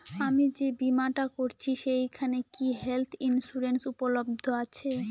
আমি যে বীমাটা করছি সেইখানে কি হেল্থ ইন্সুরেন্স উপলব্ধ আছে?